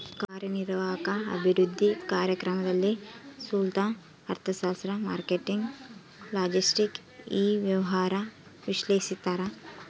ಕಾರ್ಯನಿರ್ವಾಹಕ ಅಭಿವೃದ್ಧಿ ಕಾರ್ಯಕ್ರಮದಲ್ಲಿ ಸ್ತೂಲ ಅರ್ಥಶಾಸ್ತ್ರ ಮಾರ್ಕೆಟಿಂಗ್ ಲಾಜೆಸ್ಟಿಕ್ ಇ ವ್ಯವಹಾರ ವಿಶ್ಲೇಷಿಸ್ತಾರ